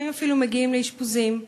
לפעמים מגיעים לאשפוזים,